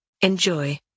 enjoy